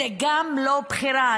זאת גם לא בחירה.